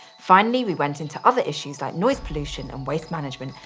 finally, we went into other issues, like noise pollution and waste management,